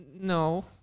No